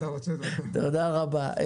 תודה רבה.